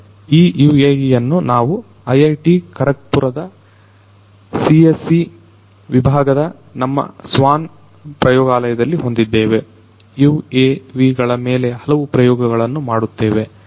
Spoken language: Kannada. ಈ UAVಯನ್ನು ನಾವು IIT ಖರಗ್ ಪುರದ CSE ವಿಭಾಗದ ನಮ್ಮ SWAN ಪ್ರಯೋಗಾಲಯದಲ್ಲಿ ಹೊಂದಿದ್ದೇವೆ UAV ಗಳ ಮೇಲೆ ಹಲವು ಪ್ರಯೋಗಗಳನ್ನು ಮಾಡುತ್ತೇವೆ